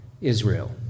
Israel